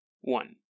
One